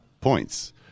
points